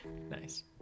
nice